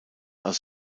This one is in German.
als